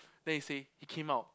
then he say he came out